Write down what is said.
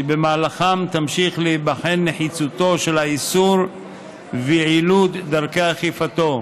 ובמהלכם תמשיך להיבחן נחיצותו של האיסור ויעילות דרכי אכיפתו.